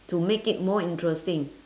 to make it more interesting